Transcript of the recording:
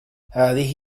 هذه